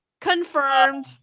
Confirmed